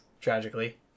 tragically